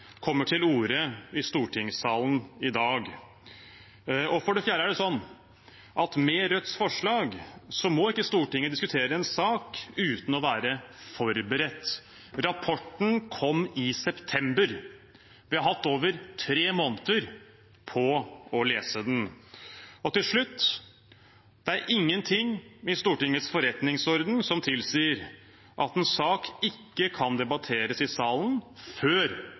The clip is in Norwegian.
kommer til orde i stortingssalen i dag. For det fjerde er det sånn at med Rødts forslag må ikke Stortinget diskutere en sak uten å være forberedt. Rapporten kom i september. Vi har hatt over tre måneder på å lese den. Til slutt: Det er ingenting i Stortingets forretningsorden som tilsier at en sak ikke kan debatteres i salen før